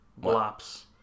Blops